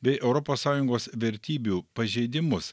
bei europos sąjungos vertybių pažeidimus